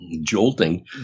Jolting